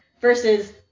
Versus